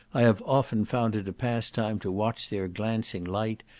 i have often found it a pastime to watch their glancing light,